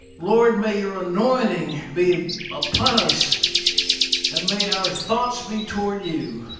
lord, may your anointing be upon us and may our thoughts be toward you.